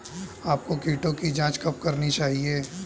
आपको कीटों की जांच कब करनी चाहिए?